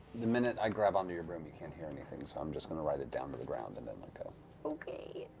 the minute i grab onto your broom, you can't hear anything, so i'm just going to ride it down to the ground and then let go. laura okay.